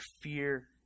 fear